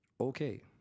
Okay